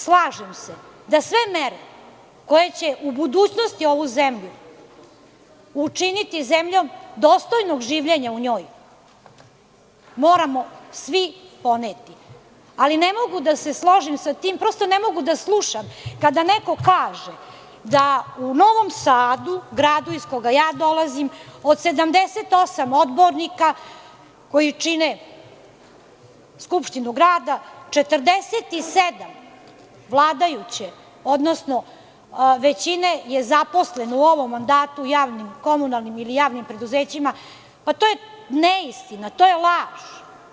Slažem se da sve mere koje će u budućnosti ovu zemlju učiniti zemljom dostojnog življenja u njoj, moramo svi poneti, ali ne mogu da se složim sa tim i ne mogu da slušam kada neko kaže da u Novom Sadu, gradu iz koga ja dolazim od 78 odbornika koji čine Skupštinu Grada, 47 je vladajuće, odnosno većine je zaposleno u ovom mandatu u javnim preduzećima, to je neistina i to je laž.